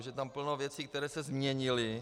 Už je tam plno věcí, které se změnily.